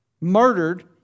murdered